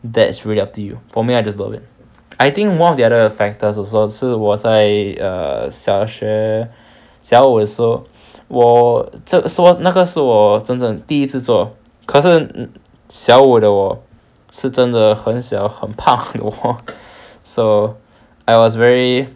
that's really up to you for me I just love it I think one of the other factors also 是我在 err 小学小五的时候我 so 那个是我真正第一次做可是小五的我是真的很小很怕 so I was very